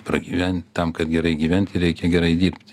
pragyvent tam kad gerai gyventi reikia gerai dirbti